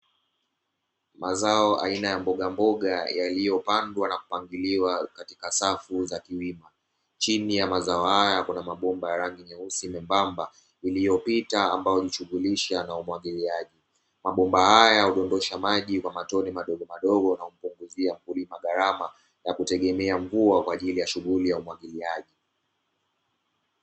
Mazao aina ya mbogamboga yaliyopandwa na kupangiliwa katika safu za kiwima, chini ya mazao haya kuna mabomba ya rangi nyeusi membamba iliyopita ambayo hujishughulisha na umwagiliaji. Mabomba haya hudondosha maji kwa matone madogomadogo na kumpunguzia mkulima gharama ya kutegemea mvua kwa ajili ya shughuli ya umwagiliaji.